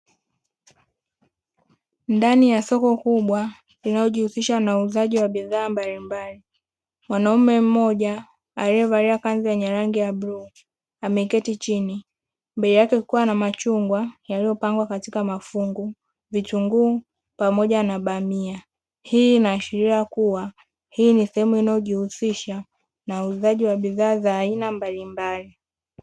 Ndani ya soko kubwa linalojihusisha na uuzaji wa bidhaa mbalimbali, mwanaume mmoja aliyevalia kanzu yenye rangi ya bluu, ameketi chini mbele yake kukiwa na machungwa yaliyopangwa katika mafungu vitunguu pamoja na bamia. Hii inaashiria kuwa hii ni sehemu inayojihusisha na uuzaji wa bidhaa za aina mbalimbali.